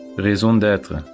raison d'etre,